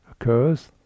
occurs